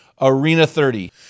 ARENA30